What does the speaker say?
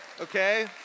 okay